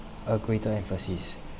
a greater emphasis